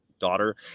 daughter